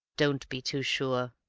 don't be too sure.